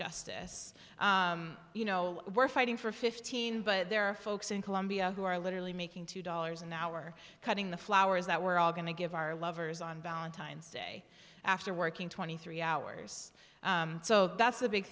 justice you know we're fighting for fifteen but there are folks in colombia who are literally making two dollars an hour cutting the flowers that we're all going to give our lovers on valentine's day after working twenty three hours so that's a big